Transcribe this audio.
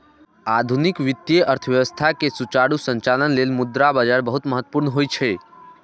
आधुनिक वित्तीय अर्थव्यवस्था के सुचारू संचालन लेल मुद्रा बाजार बहुत महत्वपूर्ण होइ छै